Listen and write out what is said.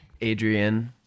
Adrian